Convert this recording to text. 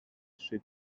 she